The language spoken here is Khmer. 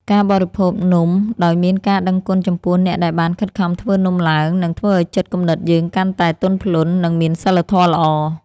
ការបរិភោគនំដោយមានការដឹងគុណចំពោះអ្នកដែលបានខិតខំធ្វើនំឡើងនឹងធ្វើឱ្យចិត្តគំនិតយើងកាន់តែទន់ភ្លន់ និង មានសីលធម៌ល្អ។